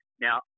Now